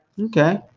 Okay